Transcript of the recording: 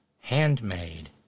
Handmade